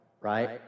right